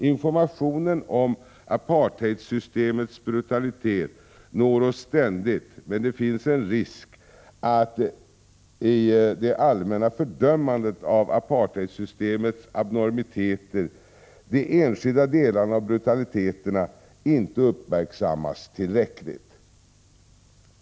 Informationen om apartheidsystemets brutalitet når oss ständigt, men det finns en risk att i det allmänna fördömandet av apartheidsystemets abnormiteter de enskilda delarna och brutaliteterna inte uppmärksammas tillräckligt.